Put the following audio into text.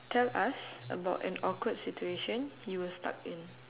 tell us about an awkward situation you were stuck in